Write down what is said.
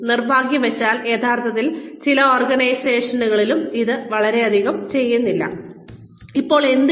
നിർഭാഗ്യവശാൽ യഥാർത്ഥത്തിൽ പല ഓർഗനൈസേഷനുകളിലും ഇത് വളരെയധികം ചെയ്യുന്നില്ല ഇപ്പോൾ എന്തിന്